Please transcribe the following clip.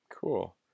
Cool